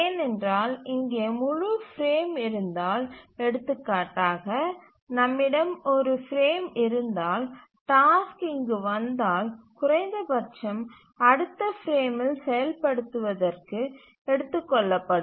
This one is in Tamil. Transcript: ஏனென்றால் இங்கே முழு பிரேம் இருந்தால் எடுத்துக்காட்டாக நம்மிடம் ஒரு பிரேம் இருந்தால் டாஸ்க் இங்கு வந்தால் குறைந்தபட்சம் அடுத்த பிரேமில் செயல்படுத்தப்படுவதற்கு எடுத்துக் கொள்ளப்படும்